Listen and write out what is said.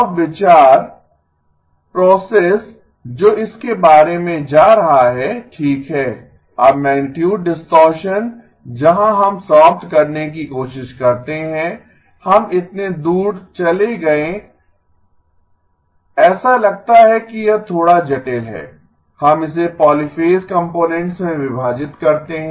अब विचार प्रोसेस जो इसके बारे मे जा रहा है ठीक है अब मैगनीटुड डिस्टॉरशन जहां हम समाप्त करने की कोशिश करते हैं हम इतने दूर चले गए ऐसा लगता है कि यह थोड़ा जटिल है हम इसे पॉलीफ़ेज़ कंपोनेंट्स में विभाजित करते हैं